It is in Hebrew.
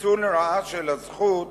ניצול לרעה של הזכות